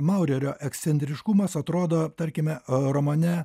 maurerio ekscentriškumas atrodo tarkime romane